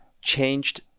changed